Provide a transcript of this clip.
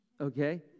Okay